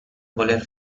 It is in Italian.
voler